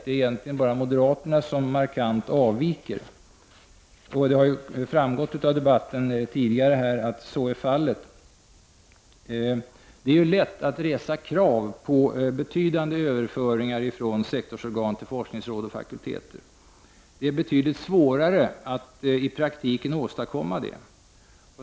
Det är egentligen bara moderaterna som markant avviker, och det har framgått av debatten här. Det är lätt att resa krav på betydande överföringar från sektorsorgan till forskningsråd och fakulteter. Men det är betydligt svårare att i praktiken åstadkomma detta.